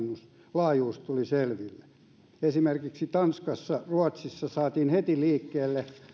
laajuus esimerkiksi tanskassa ja ruotsissa saatiin heti liikkeelle